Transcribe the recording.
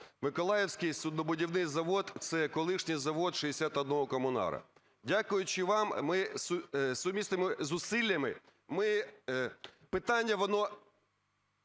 Миколаївський суднобудівний завод – це колишній завод "61 комунара". Дякуючи вам, ми сумісними зусиллями, ми… Питання, воно